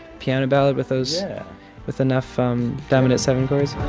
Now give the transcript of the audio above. piano ballad with those with enough um dominant seven chords